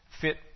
fit